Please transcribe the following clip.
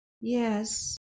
Yes